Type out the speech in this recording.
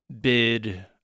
bid